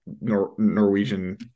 Norwegian